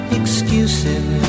excuses